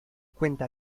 cuenta